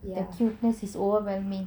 the cuteness is overwhelming